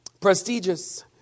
prestigious